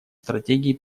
стратегии